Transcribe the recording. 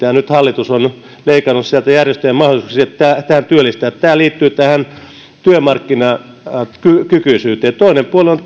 ja nyt hallitus on leikannut sieltä järjestöjen mahdollisuuksia työllistää tämä liittyy tähän työmarkkinakykyisyyteen ja toinen puoli on